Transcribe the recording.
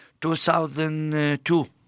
2002